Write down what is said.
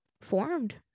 formed